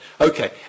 Okay